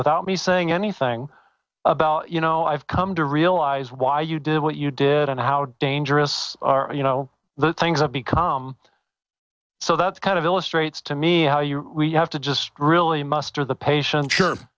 without me saying anything about you know i've come to realize why you did what you did and how dangerous are you know the things i've become so that's kind of illustrates to me how you have to just really muster the patient